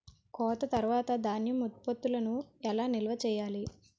కోత తర్వాత ధాన్యం ఉత్పత్తులను ఎలా నిల్వ చేయాలి?